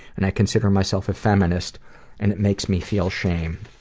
and i consider myself a feminist and it makes me feel shame.